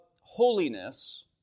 holiness